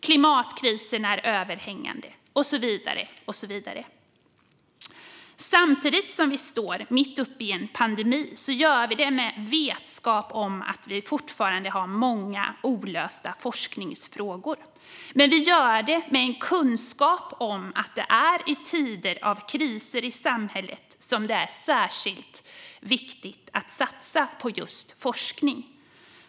Klimatkrisen är överhängande och så vidare. Samtidigt som vi står mitt uppe i en pandemi med vetskapen att vi fortfarande har många olösta forskningsfrågor har vi kunskap om att det är i tider av kriser i samhället som det är särskilt viktigt att satsa på forskning.